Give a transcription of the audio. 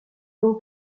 long